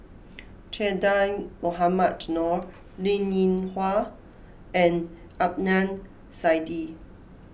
Che Dah Mohamed Noor Linn in Hua and Adnan Saidi